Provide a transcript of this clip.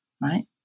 right